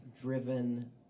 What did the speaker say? driven